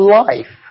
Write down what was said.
life